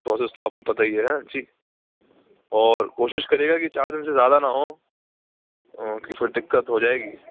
process تو آپ کو پتا ہی ہے جی اور کوشش کریے گا کہ چار دن سے زیادہ نہ ہو کہ پھر دقت ہو جائے گی